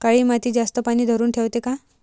काळी माती जास्त पानी धरुन ठेवते का?